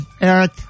Eric